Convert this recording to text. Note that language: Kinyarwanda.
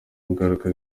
ngaruka